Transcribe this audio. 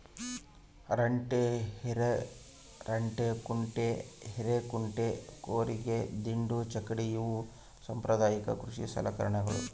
ರಂಟೆ ಹಿರೆರಂಟೆಕುಂಟೆ ಹಿರೇಕುಂಟೆ ಕೂರಿಗೆ ದಿಂಡು ಚಕ್ಕಡಿ ಇವು ಸಾಂಪ್ರದಾಯಿಕ ಕೃಷಿ ಸಲಕರಣೆಗಳು